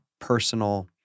personal